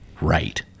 Right